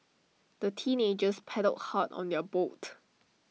the teenagers paddled hard on their boat